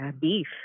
beef